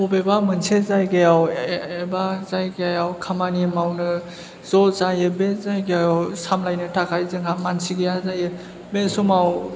बबेबा मोनसे जायगायाव एबा जायगायाव खामानि मावनो ज' जायो बे जायगायाव सामलायनो थाखाय जोंहा मानसि गैया जायो बे समाव